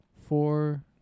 four